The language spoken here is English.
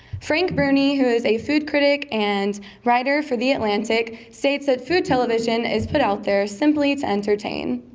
frank bruni, who is a food critic and writer for the atlantic, states that food television is put out there simply to entertain.